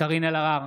קארין אלהרר,